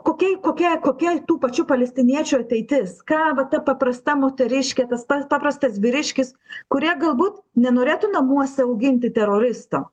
kokiai kokia kokia tų pačių palestiniečių ateitis ką va ta paprasta moteriškė tas pats paprastas vyriškis kurie galbūt nenorėtų namuose auginti teroristo